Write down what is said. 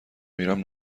میرم